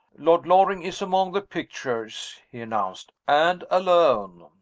lord loring is among the pictures, he announced. and alone.